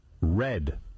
red